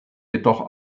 jedoch